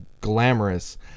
glamorous